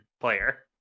player